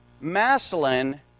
Maslin